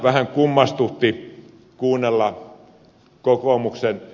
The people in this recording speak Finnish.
vähän kummastutti kuunnella kokoomuksen ed